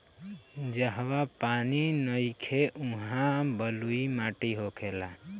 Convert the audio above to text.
जहवा पानी नइखे उहा बलुई माटी होखेला